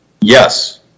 Yes